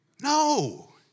No